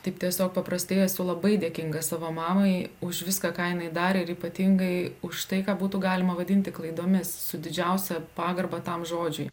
taip tiesiog paprastai esu labai dėkinga savo mamai už viską ką jinai darė ir ypatingai už tai ką būtų galima vadinti klaidomis su didžiausia pagarba tam žodžiui